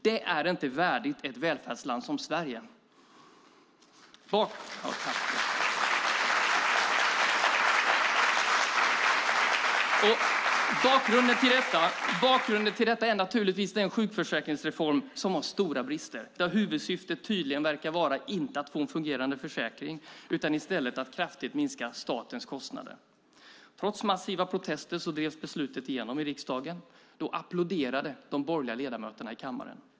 Det är inte värdigt ett välfärdsland som Sverige. Bakgrunden till detta är naturligtvis sjukförsäkringsreformen, som har stora brister och där huvudsyftet tydligen inte är att få en fungerande försäkring utan i stället att minska statens kostnader. Trots massiva protester drevs beslutet igenom i riksdagen. Då applåderade de borgerliga ledamöterna i kammaren.